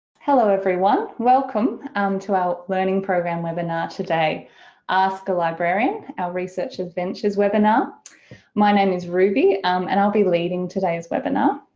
hello everyone welcome um to our learning program webinar today ask a librarian our research adventures webinar my name is ruby um and i'll be leading today's webinar.